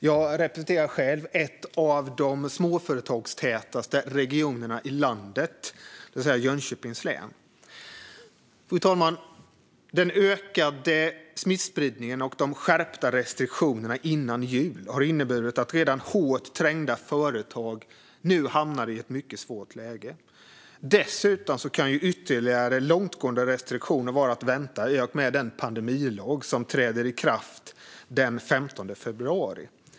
Jag representerar själv en av de småföretagstätaste regionerna i landet, Jönköpings län. Fru talman! Den ökade smittspridningen och de skärpta restriktionerna före jul har inneburit att redan hårt trängda företag har hamnat i ett mycket svårt läge. Dessutom kan ytterligare långtgående restriktioner vara att vänta i och med den pandemilag som träder i kraft den 15 februari.